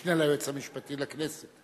המשנה ליועץ המשפטי לכנסת.